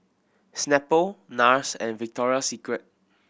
Snapple Nars and Victoria Secret